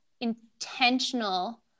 intentional